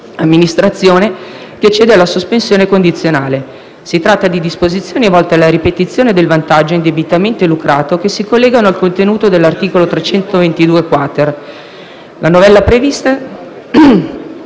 amministrazione che accede alla sospensione condizionale. Si tratta di disposizioni volte alla ripetizione del vantaggio indebitamente lucrato, che si collegano al contenuto dell'articolo 322-*quater*. La novella prevista